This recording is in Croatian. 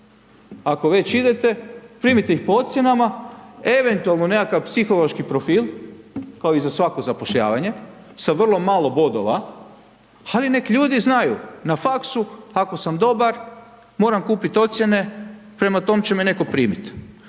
Ako već idete, primite ih po ocjenama, eventualno nekakav psihološki profil, kao i za svako zapošljavanje, sa vrlo malo bodova, ali nek ljudi znaju, na faksu ako sam dobar, moram kupiti ocijene, prema tom će me netko primit.